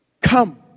Come